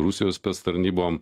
rusijos tarnybom